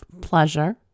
pleasure